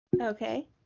okay